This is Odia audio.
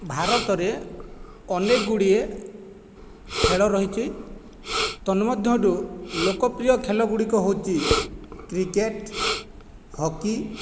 ଭାରତରେ ଅନେକ ଗୁଡ଼ିଏ ଖେଳ ରହିଛି ତନ୍ମଧ୍ୟରୁ ଲୋକପ୍ରିୟ ଖେଲ ଗୁଡ଼ିକ ହେଉଛି କ୍ରିକେଟ ହକି